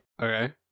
Okay